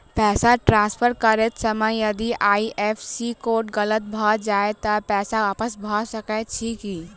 पैसा ट्रान्सफर करैत समय यदि आई.एफ.एस.सी कोड गलत भऽ जाय तऽ पैसा वापस भऽ सकैत अछि की?